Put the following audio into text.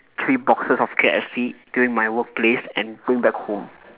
three boxes of K_F_C during my workplace and bring back home